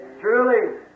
Truly